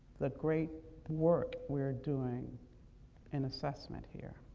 the great work we are doing in assessment here,